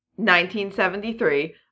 1973